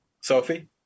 Sophie